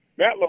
Matt